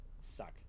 suck